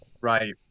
Right